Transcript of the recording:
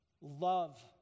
love